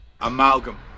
Amalgam